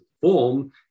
form